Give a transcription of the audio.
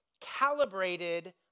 calibrated